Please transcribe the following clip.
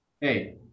hey